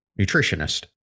nutritionist